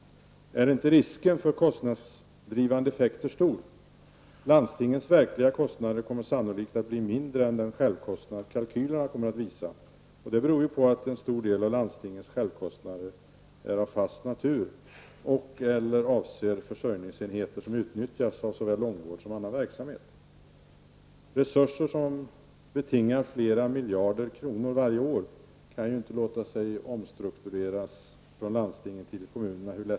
Är inte risken för kostnadsdrivande effekter stor? Landstingens verkliga kostnader kommer sannolikt att bli mindre än den självkostnad kalkylerna kommer att visa, eftersom en stor del av landstingens självkostnader är av fast natur och/eller avser försörjningsenheter som utnyttjas av såväl långvård som annan verksamhet. Resurser som kostar flera miljarder varje år låter sig inte hur lätt som helst omstruktureras från landstingen till kommunerna.